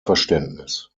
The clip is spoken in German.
verständnis